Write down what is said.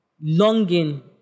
Longing